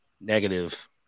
negative